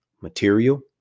material